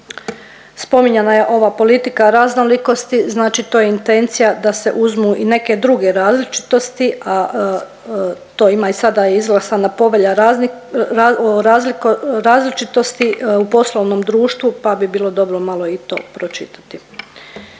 Spominjana je ova politika raznolikosti, znači to je intencija da se uzmu i neke druge različitosti, a to ima i sada je izglasana povelja raz… o razliko… različitosti u poslovnom društvu pa bi bilo dobro malo i to pročitati.